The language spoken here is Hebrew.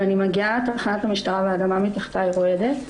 ואני מגיעה לתחנת המשטרה והאדמה מתחתיי רועדת.